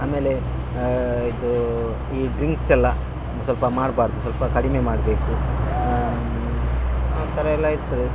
ಆಮೇಲೆ ಇದು ಈ ಡ್ರಿಂಕ್ಸ್ ಎಲ್ಲ ಸ್ವಲ್ಪ ಮಾಡ್ಬಾರದು ಸ್ವಲ್ಪ ಕಡಿಮೆ ಮಾಡಬೇಕು ಆ ಥರ ಎಲ್ಲ ಇರ್ತದೆ